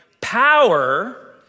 power